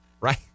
right